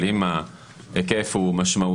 אבל אם ההיקף הוא משמעותי,